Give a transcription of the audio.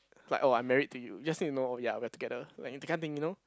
like oh I'm married to you just need to know ya we're together like that kind of thing you know